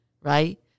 right